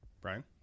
Brian